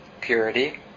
purity